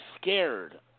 scared